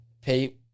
pay